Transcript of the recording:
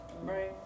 Right